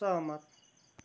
सहमत